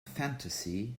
fantasy